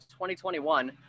2021